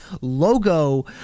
logo